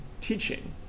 teaching